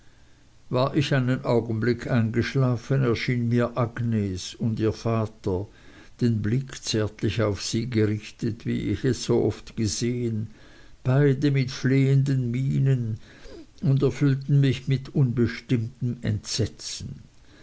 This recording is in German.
war ich einen augenblick eingeschlafen erschien mir agnes und ihr vater den blick zärtlich auf sie gerichtet wie ich es so oft gesehen beide mit flehenden mienen und erfüllten mich mit unbestimmtem entsetzen